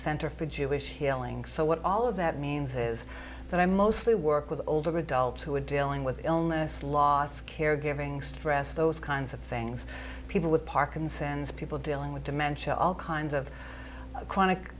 center for jewish healing so what all of that means is that i mostly work with older adults who are dealing with illness loss caregiving stress those kinds of things people with parkinson's people dealing with dementia all kinds of chronic